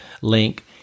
link